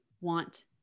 want